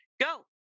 go